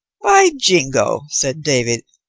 by jingo, said david,